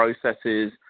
processes